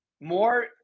more